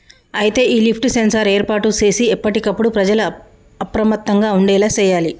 అయితే ఈ lift sensor ఏర్పాటు సేసి ఎప్పటికప్పుడు ప్రజల అప్రమత్తంగా ఉండేలా సేయాలి